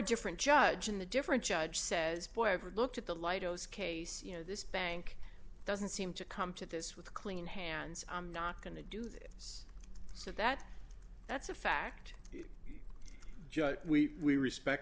different judge in the different judge says boy ever looked at the light o's case you know this bank doesn't seem to come to this with clean hands i'm not going to do that so that that's a fact it's just we respect